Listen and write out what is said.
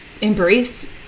embrace